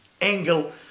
angle